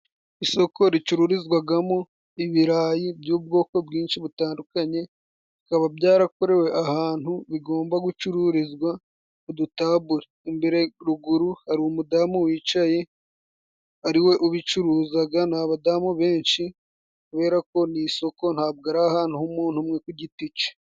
Isoko ricururizwagamo ibirayi by'ubwoko bwinshi butandukanye, bikaba byarakorewe ahantu bigomba gucururizwa udutabure. Imbere ruguru hari umudamu wicaye ariwe ubicuruzaga, ni abadamu benshi kubera ko ni isoko, ntabwo ari ahantu h'umuntu umwe ku giti cye.